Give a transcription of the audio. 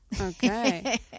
Okay